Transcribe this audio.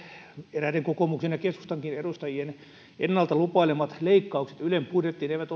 eräiden kokoomuksen ja keskustankin edustajien ennalta lupailemat leikkaukset ylen budjettiin eivät